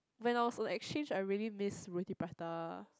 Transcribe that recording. when I was like on exchange I really miss roti prata